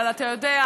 אבל אתה יודע,